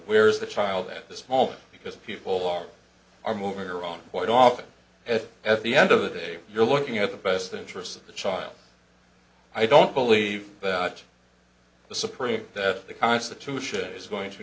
where's the child at this moment because people are are moving around quite often at the end of the day you're looking at the best interests of the child i don't believe that the supreme that the constitution is going to